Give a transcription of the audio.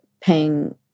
paying